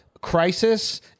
crisis